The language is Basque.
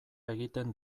egiten